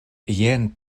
jen